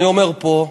אני אומר פה,